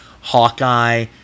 Hawkeye